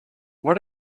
what